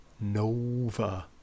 Nova